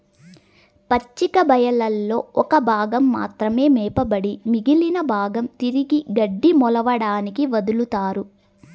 పచ్చిక బయళ్లలో ఒక భాగం మాత్రమే మేపబడి మిగిలిన భాగం తిరిగి గడ్డి మొలవడానికి వదులుతారు